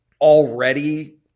already